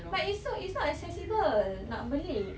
but it's so it's not accessible nak beli